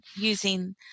using